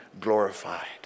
glorified